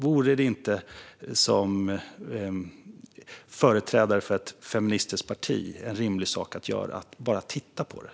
Vore det inte, som ett feministiskt parti, rimligt att bara titta på det?